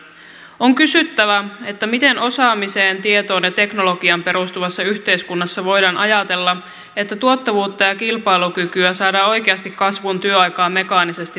on kysyttävä miten osaamiseen tietoon ja teknologiaan perustuvassa yhteiskunnassa voidaan ajatella että tuottavuutta ja kilpailukykyä saadaan oikeasti kasvuun työaikaa mekaanisesti pidentämällä